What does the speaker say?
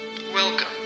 Welcome